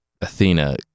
Athena